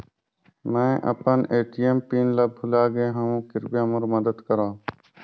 मैं अपन ATM PIN ल भुला गे हवों, कृपया मोर मदद करव